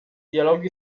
dialogi